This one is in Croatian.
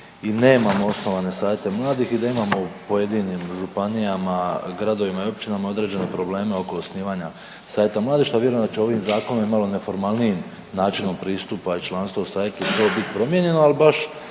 i nemamo osnovane savjete mladih i da imamo u pojedinim županijama, gradovima i općinama određene probleme oko osnivanja savjeta mladih što vjerujem da će ovim zakonom i malo neformalnijim načinom pristupa i članstvo …/Govornik se ne razumije./… trebalo bit